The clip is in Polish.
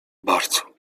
bardzo